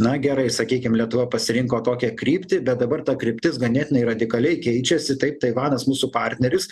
na gerai sakykim lietuva pasirinko tokią kryptį bet dabar ta kryptis ganėtinai radikaliai keičiasi taip taivanas mūsų partneris